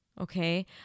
okay